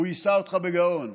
הוא יישא אותך בגאון,